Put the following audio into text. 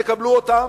תקבלו אותם.